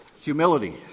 humility